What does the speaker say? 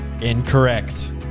Incorrect